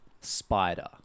SPIDER